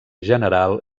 general